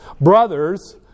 brothers